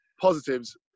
Positives